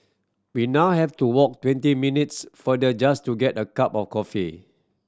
we now have to walk twenty minutes farther just to get a cup of coffee